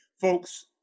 folks